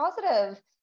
positive